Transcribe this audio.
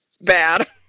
bad